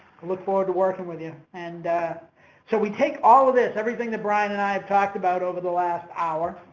look forward to working with you. and so, we take all of this, everything that brian and i have talked about over the last hour,